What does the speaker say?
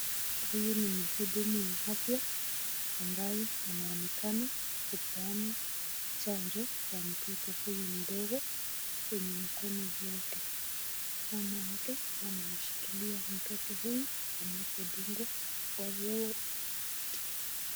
Huyu ni muudumu wa afya ambaye anaonekana kupeana chanjo kwa mtoto huyu mdogo kwenye mkono wake . Mama yake amemshikilia mtoto huyu anapo dugwa .